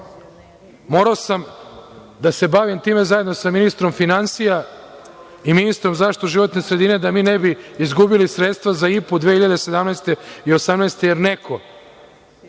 sam da se bavim time zajedno sa ministrom finansija i ministrom za zaštitu životne sredine da mi ne bi izgubili sredstava za IP-u 2017/2018. godine